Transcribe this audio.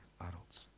adults